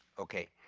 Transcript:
okay.